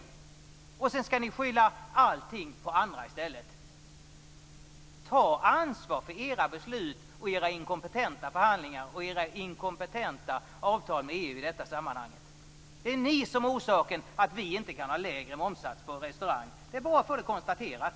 Sedan skyller ni allting på andra i stället. Ta ansvar för era beslut, era inkompetenta förhandlingar och era inkompetenta avtal med EU i detta sammanhang! Det är ni som är orsaken till att vi inte kan ha lägre momssats på restaurangtjänster. Det är bra att få det konstaterat.